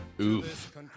Oof